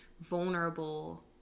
vulnerable